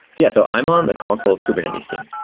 yeah. so i'm on the consul kubernetes team.